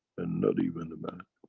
and not even the man.